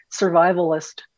survivalist